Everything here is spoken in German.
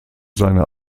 seine